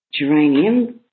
geranium